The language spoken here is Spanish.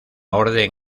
orden